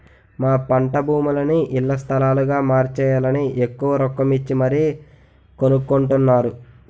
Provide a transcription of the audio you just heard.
మా పంటభూములని ఇళ్ల స్థలాలుగా మార్చేయాలని ఎక్కువ రొక్కమిచ్చి మరీ కొనుక్కొంటున్నారు